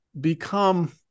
become